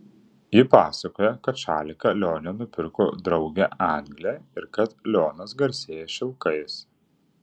ji pasakoja kad šaliką lione nupirko draugė anglė ir kad lionas garsėja šilkais